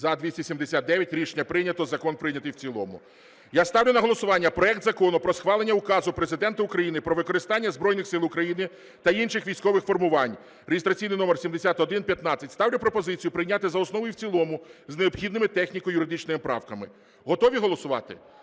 За-279 Рішення прийнято. Закон прийнятий в цілому. Я ставлю на голосування проект Закону про схвалення Указу Президента України "Про використання Збройних Сил України та інших військових формувань" (реєстраційний номер 7115). Ставлю пропозицію прийняти за основу і в цілому з необхідними техніко-юридичними правками. Готові голосувати?